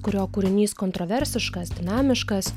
kurio kūrinys kontroversiškas dinamiškas